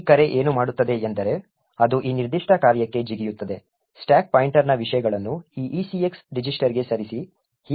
ಈ ಕರೆ ಏನು ಮಾಡುತ್ತದೆ ಎಂದರೆ ಅದು ಈ ನಿರ್ದಿಷ್ಟ ಕಾರ್ಯಕ್ಕೆ ಜಿಗಿಯುತ್ತದೆ ಸ್ಟಾಕ್ ಪಾಯಿಂಟರ್ನ ವಿಷಯಗಳನ್ನು ಈ ECX ರಿಜಿಸ್ಟರ್ಗೆ ಸರಿಸಿ